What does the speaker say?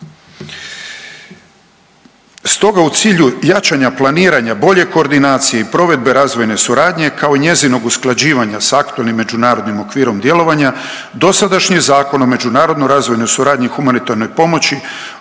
Stoga u cilju jačanja, planiranja, bolje koordinacije i provedbe razvojne suradnje, kao i njezinog usklađivanja sa aktualnim međunarodnim okvirom djelovanja, dosadašnjim Zakonom o međunarodnoj razvojnoj suradnji i humanitarnoj pomoći,